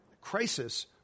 crisis